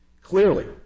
clearly